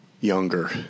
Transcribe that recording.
younger